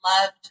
loved